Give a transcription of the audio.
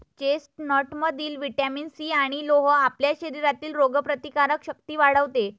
चेस्टनटमधील vitamin C आणि लोह आपल्या शरीरातील रोगप्रतिकारक शक्ती वाढवते